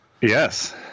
Yes